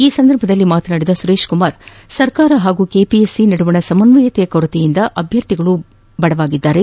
ಈ ಸಂದರ್ಭದಲ್ಲಿ ಮಾತನಾಡಿದ ಸುರೇಶ್ ಕುಮಾರ್ ಸರ್ಕಾರ ಹಾಗೂ ಕೆಪಿಎಸ್ಸಿ ನಡುವಿನ ಸಮನ್ವಯತೆಯ ಕೊರತೆಯಿಂದ ಅಭ್ಯರ್ಥಿಗಳು ಬಡವಾಗಿದ್ದಾರೆ